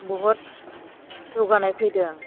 बहुथ जौगानाय फैदों